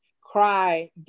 cry